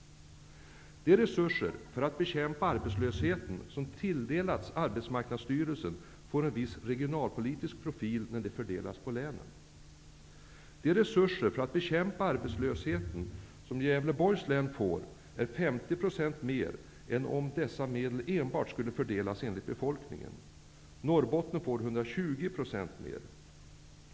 De resurser för att bekämpa arbetslösheten som tilldelats Arbetsmarknadsstyrelsen får en viss regionalpolitisk profil när de fördelas på länen. De resurser för att bekämpa arbetslösheten som Gävleborgs län får är 50 % mer än om dessa medel enbart skulle fördelas enligt befolkningsmängden. Norbotten får 120 % mer.